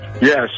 Yes